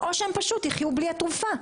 או שהם פשוט יחיו בלי התרופה.